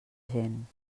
gent